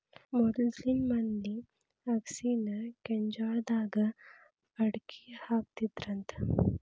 ಮೊದ್ಲಿನ ಮಂದಿ ಅಗಸಿನಾ ಕೆಂಜ್ವಾಳದಾಗ ಅಕ್ಡಿಹಾಕತ್ತಿದ್ರಂತ